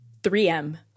3M